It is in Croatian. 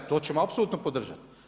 To ćemo apsolutno podržati.